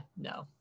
no